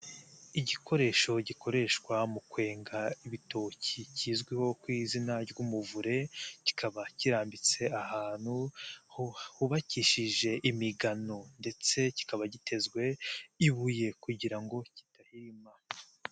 Igikoresho gikoreshwa mu kwenga ibitoki kizwiho ku izina ry'umuvure kikaba kirambitse ahantu hubakishije imigano ndetse kikaba gitezwe ibuye kugira ngo kidahirima.